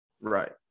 right